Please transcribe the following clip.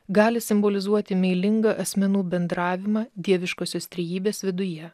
gali simbolizuoti meilingą asmenų bendravimą dieviškosios trejybės viduje